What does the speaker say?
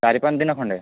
ଚାରି ପାଞ୍ଚ ଦିନ ଖଣ୍ଡେ